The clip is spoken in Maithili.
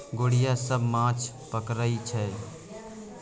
गोढ़िया सब माछ पकरई छै